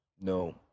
No